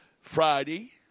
Friday